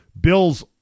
Bills